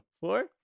four